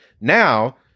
Now